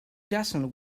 doesn’t